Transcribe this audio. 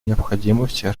необходимости